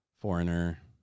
Foreigner